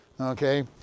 okay